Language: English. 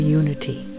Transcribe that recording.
unity